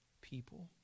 people